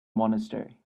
monastery